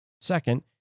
Second